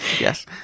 Yes